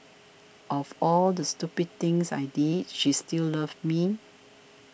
of all the stupid things I did she still loved me